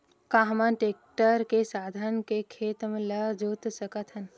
का हमन टेक्टर से धान के खेत ल जोत सकथन?